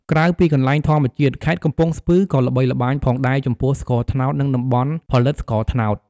ក្រៅពីកន្លែងធម្មជាតិ ខេត្តកំពង់ស្ពឺក៏ល្បីល្បាញផងដែរចំពោះ ស្ករត្នោត និងតំបន់ផលិតស្ករត្នោត។